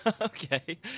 Okay